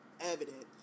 evidence